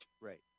Right